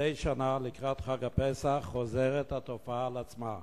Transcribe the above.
מדי שנה לקראת חג הפסח חוזרת התופעה על עצמה.